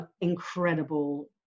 incredible